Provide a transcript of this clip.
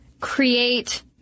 create